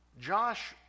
Josh